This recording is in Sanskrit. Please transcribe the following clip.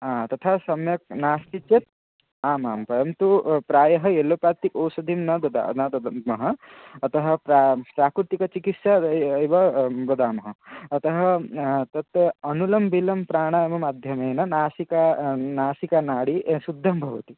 हा तथा सम्यक् नास्ति चेत् आम् आम् परन्तु प्रायः येल्लो प्लाश्टिक् औषधिं न दध न दद्मः अतः प्रा प्राकृतिकचिकित्साम् एव वदामः अतः तत् अनुलोमविलोमं प्राणायाममाध्यमेन नासिका नासिका नाडी शुद्धं भवति